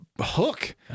hook